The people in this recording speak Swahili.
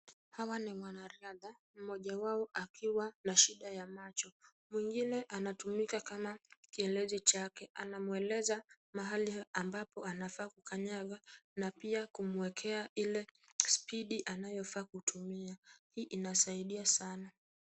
Hawa ni wanariadha, mmoja wao akiwa na shida ya macho mwingine anatumika kama kielezi chake. Anamueleza mahali ambapo anafaa kukanyaga na pia kumwekea ile spidi anayofaa kutumia. Hii inasaidia sana.